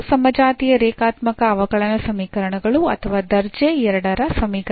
ಇದು ಸಮಜಾತೀಯ ರೇಖಾತ್ಮಕ ಅವಕಲನ ಸಮೀಕರಣಗಳು ಅಥವಾ ದರ್ಜೆ ಎರಡರ ಸಮೀಕರಣ